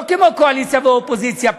לא כמו קואליציה ואופוזיציה,